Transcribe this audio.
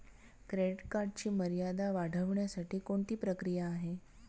Credit कार्डची मर्यादा वाढवण्यासाठी कोणती प्रक्रिया आहे?